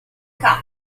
cap